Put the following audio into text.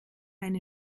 eine